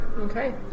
Okay